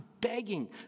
begging